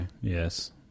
Yes